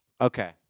Okay